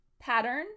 pattern